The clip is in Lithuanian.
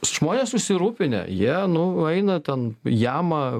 žmonės susirūpinę jie nu eina ten jama